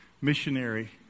missionary